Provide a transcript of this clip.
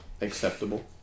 Acceptable